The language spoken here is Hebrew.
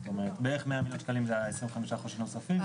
זאת אומרת: בערך 100 מיליון שקלים ל-25% שנוספים.